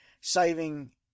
saving